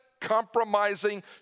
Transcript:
compromising